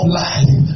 life